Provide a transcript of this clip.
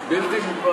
כמה זמן יש